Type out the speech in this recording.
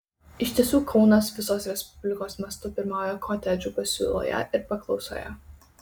iš tiesų kaunas visos respublikos mastu pirmauja kotedžų pasiūloje ir paklausoje